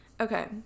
Okay